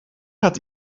gaat